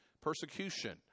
persecution